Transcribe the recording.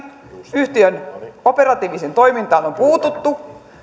yhtiön operatiiviseen toimintaan on puututtu